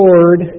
Lord